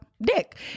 dick